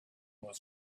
was